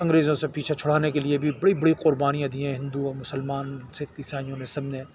انگریزوں سے پیچھا چھڑانے کے لیے بھی بڑی بڑی قربانیاں دی ہیں ہندو اور مسلمان سکھ عیسائیوں نے سب نے